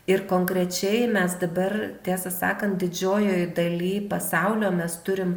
ir konkrečiai mes dabar tiesą sakant didžiojoj daly pasaulio mes turim